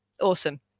awesome